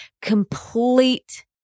complete